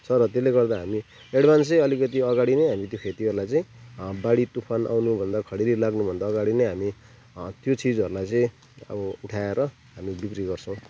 छ र त्यसले गर्दा हामी एडभान्सै अलिकति अगाडि नै हामी त्यो खेतीहरूलाई चाहिँ बाडी तुफान आउनुभन्दा खडेरी लाग्नुभन्दा अगाडि नै हामी त्यो चिजहरूलाई चाहिँ अब उठाएर हामी बिक्री गर्छौँ